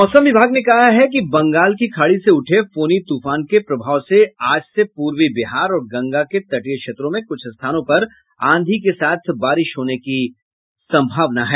मौसम विभाग ने कहा है कि बंगाल की खाड़ी से उठे फौनी तूफान के प्रभाव से आज से पूर्वी बिहार और गंगा के तटीय क्षेत्रों में कुछ स्थानों पर आंधी के साथ बारिश होने की सम्भावना है